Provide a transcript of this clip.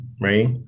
right